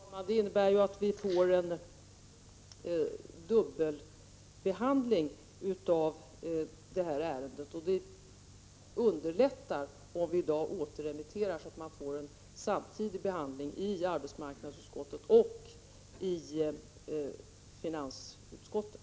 Herr talman! Det innebär att vi får en dubbelbehandling av detta ärende, och det underlättar om vi i dag återremitterar så att man får en samtidig behandling i arbetsmarknadsutskottet och i finansutskottet.